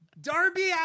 Darby